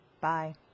Bye